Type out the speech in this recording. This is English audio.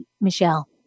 Michelle